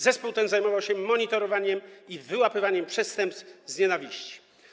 Zespół ten zajmował się monitorowaniem i wyłapywaniem przestępstw z nienawiści.